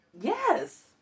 Yes